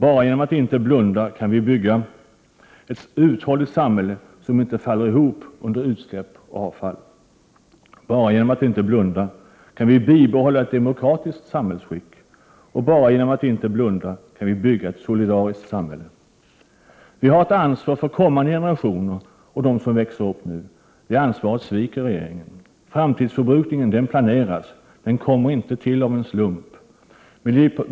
Bara genom att inte blunda kan vi bygga ett uthålligt samhälle som inte faller ihop under utsläpp och avfall. Bara genom att inte blunda kan vi bibehålla ett demokratiskt samhällsskick. Bara genom att inte blunda kan vi bygga ett solidariskt samhälle. Vi har ett ansvar för kommande generationer och dem som växer upp nu. Det ansvaret sviker regeringen. Framtidsförbrukningen planeras. Den kommer inte till av en slump.